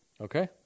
Okay